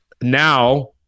Now